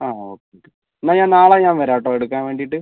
അ okay okay എന്നാൽ ഞാൻ നാളെ ഞാൻ വരാം കേട്ടോ എടുക്കാൻ വേണ്ടിയിട്ട്